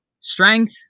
strength